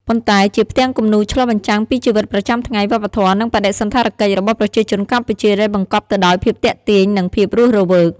ប៉ុន្តែជាផ្ទាំងគំនូរឆ្លុះបញ្ចាំងពីជីវិតប្រចាំថ្ងៃ វប្បធម៌ និងបដិសណ្ឋារកិច្ចរបស់ប្រជាជនកម្ពុជា ដែលបង្កប់ទៅដោយភាពទាក់ទាញ និងភាពរស់រវើក។